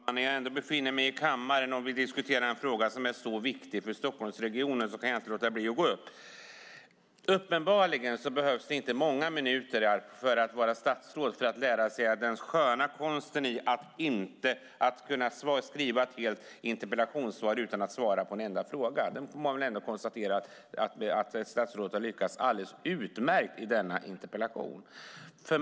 Herr talman! När jag ändå befinner mig i kammaren och vi diskuterar en fråga som är så viktig för Stockholmsregionen kan jag inte låta bli att delta. Uppenbarligen behövs det inte många minuter som statsråd för att lära sig den sköna konsten att skriva ett helt interpellationssvar utan att svara på en enda fråga. Det får vi konstatera att statsrådet har lyckats alldeles utmärkt med i denna interpellation.